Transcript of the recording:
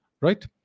right